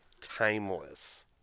timeless